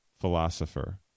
philosopher